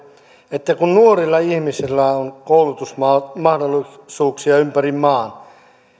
että kun nuorilla ihmisillä on koulutusmahdollisuuksia ympäri maan